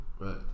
right